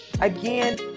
Again